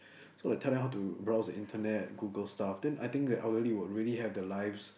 so like tell them how to browse the internet Google stuff then I think that elderly will really have their lives